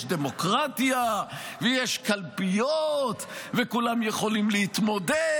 דמוקרטיה ויש קלפיות וכולם יכולים להתמודד.